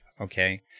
okay